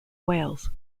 whales